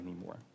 anymore